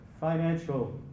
financial